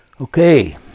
Okay